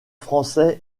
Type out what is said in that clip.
français